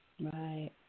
Right